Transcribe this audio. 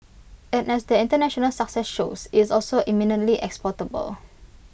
and as their International success shows it's also eminently exportable